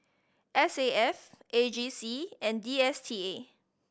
S A F A G C and D S T A